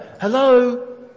hello